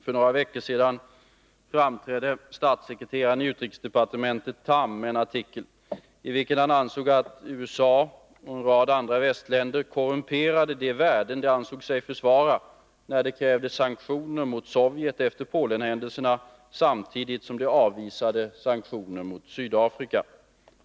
För några veckor sedan framträdde statssekreteraren i utrikesdepartementet Tham med en artikel, i vilken han ansåg att USA och en rad andra västländer korrumperade de värden de ansåg sig försvara när de krävde sanktioner mot Sovjet efter Polenhändelserna, samtidigt som de avvisade sanktioner mot Sydafrika.